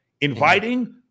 inviting